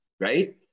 Right